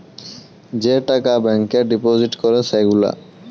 যে টাকা ব্যাংকে ডিপজিট ক্যরে সে গুলা